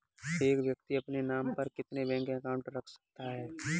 एक व्यक्ति अपने नाम पर कितने बैंक अकाउंट रख सकता है?